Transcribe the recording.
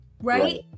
right